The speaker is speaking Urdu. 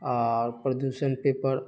اور پردوشن پیپر